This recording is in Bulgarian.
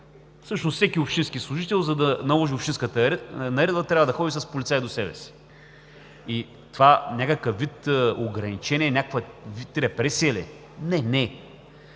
Всъщност всеки общински служител, за да наложи общинската наредба, трябва да ходи с полицай до себе си. Това някакъв вид ограничение, някакъв вид репресия ли е? Не, не